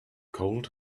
cold